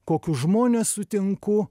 kokius žmones sutinku